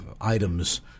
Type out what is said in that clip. items